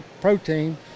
protein